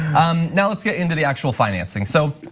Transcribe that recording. um yeah let's get into the actual financing. so,